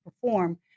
perform